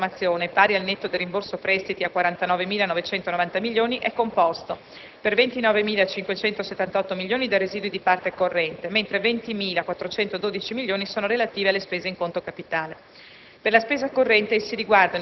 L'importo dei residui di nuova formazione, pari, al netto del rimborso prestiti, a 49.990 milioni, è composto per 29.578 milioni da residui di parte corrente, mentre 20.412 milioni sono relativi alle spese in conto capitale.